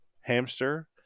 Hamster